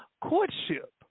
courtship